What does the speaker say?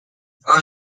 over